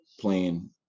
playing